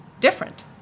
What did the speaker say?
different